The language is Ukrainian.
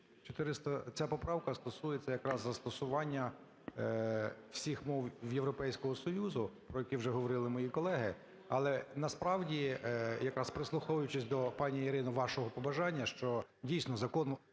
Ця поправка стосується якраз застосування всіх мов Європейського Союзу, про які вже говорили мої колеги. Але насправді, якраз прислуховуючись до, пані Ірино, вашого побажання, що дійсно Закон